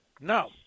No